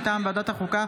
מאת ועדת החוקה,